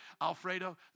Alfredo